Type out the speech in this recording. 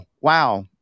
wow